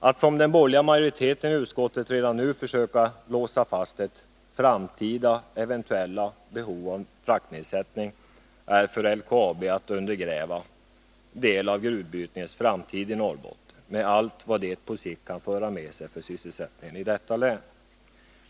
Att, som den borgerliga majoriteten i utskottet redan nu vill, försöka låsa fast framtida eventuella behov av fraktnedsättning för LKAB är att undergräva en del av gruvbrytningens framtid i Norrbotten med allt vad det på sikt för med sig för sysselsättningen i detta län.